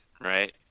right